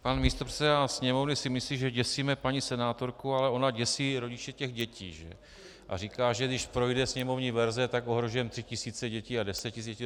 Pan místopředseda sněmovny si myslí, že děsíme paní senátorku, ale ona děsí rodiče těch dětí a říká, že když projde sněmovní verze, tak ohrožujeme tři tisíce dětí a deset tisíc děti.